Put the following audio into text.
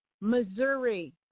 Missouri